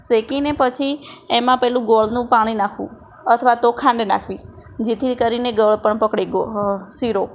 શેકીને પછી એમાં પેલું ગોળનું પાણી નાખવું અથવા તો ખાંડ નાખવી જેથી કરીને ગળપણ પકડે શીરો